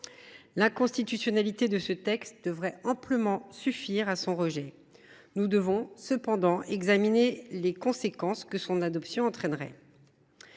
L’inconstitutionnalité de ce texte devrait amplement suffire à provoquer son rejet. Nous devons cependant également examiner les conséquences que son adoption entraînerait.